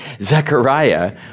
Zechariah